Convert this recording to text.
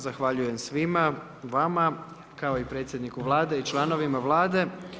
Zahvaljujem svima vama kao i predsjedniku Vlade i članovima Vlade.